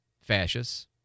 Fascists